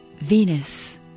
Venus